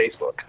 Facebook